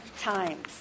times